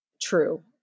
True